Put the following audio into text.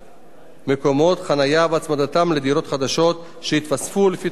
מקומות חנייה והצמדתם לדירות חדשות שייתוספו לפי תוכנית החיזוק,